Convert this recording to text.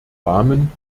rahmen